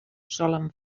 solen